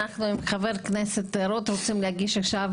אני עם חבר הכנסת רוט רוצים להגיש עכשיו